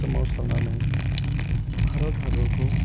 सोमावसारनानै भारत हादरखौ